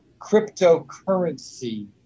cryptocurrency